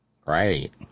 Great